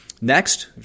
Next